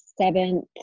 seventh